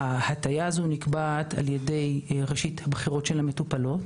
ההטיה הזאת נקבעת לפי בחירתן של המטופלות.